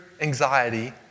anxiety